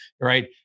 right